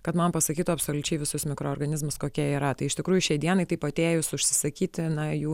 kad man pasakytų absoliučiai visus mikroorganizmus kokie yra tai iš tikrųjų šiai dienai taip atėjus užsisakyti na jų